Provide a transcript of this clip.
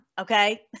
Okay